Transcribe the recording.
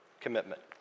commitment